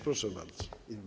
Proszę bardzo.